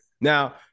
now